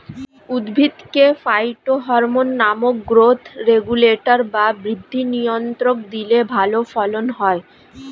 উদ্ভিদকে ফাইটোহরমোন নামক growth regulator বা বৃদ্ধি নিয়ন্ত্রক দিলে ভালো ফলন হয়